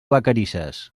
vacarisses